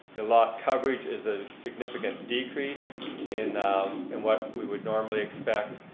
the lot coverage is a significant decrease in in what we would normally expect.